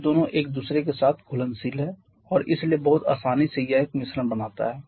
ये दोनों एक दूसरे के साथ घुलनशील हैं और इसलिए बहुत आसानी से यह एक मिश्रण बनाता है